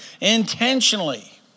intentionally